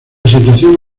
situación